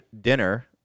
dinner